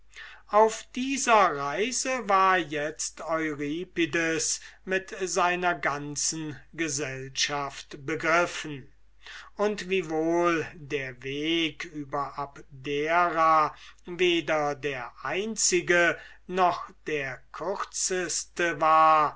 auf dieser reise war itzt euripides mit seiner ganzen gesellschaft begriffen und wiewohl der weg über abdera weder der einzige noch der kürzeste war